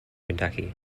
kentucky